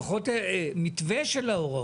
תספקו לנו לפחות מתווה שלהן.